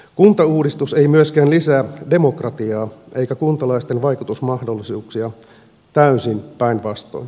kuntauudistus ei myöskään lisää demokratiaa eikä kuntalaisten vaikutusmahdollisuuksia täysin päinvastoin